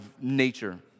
nature